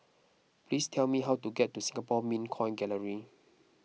please tell me how to get to Singapore Mint Coin Gallery